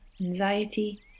Anxiety